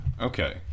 Okay